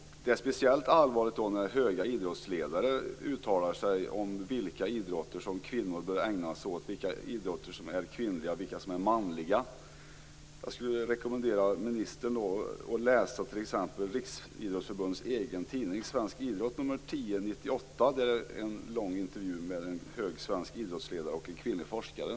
Det är speciellt allvarligt när högt uppsatta idrottsledare uttalar sig om vilka idrotter kvinnor bör ägna sig åt, vilka idrotter som är kvinnliga och vilka som är manliga. Jag skulle vilja rekommendera ministern att läsa t.ex. 10, 1998. Där finns en lång intervju med en högt uppsatt svensk idrottsledare och en kvinnlig forskare.